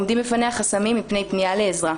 עומדים בפניה חסמים מפני פניה לעזרה.